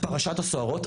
פרשת הסוהרות,